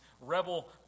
rebel